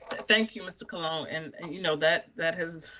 thank you, mr. colon. um and and you know that that has